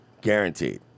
Guaranteed